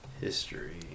history